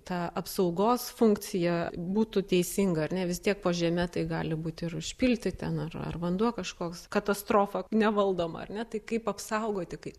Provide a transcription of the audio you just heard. ta apsaugos funkcija būtų teisinga ar ne vis tiek po žeme tai gali būt ir užpilti ten ar ar vanduo kažkoks katastrofa nevaldoma ar ne tai kaip apsaugoti kai